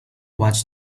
watch